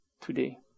today